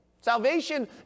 salvation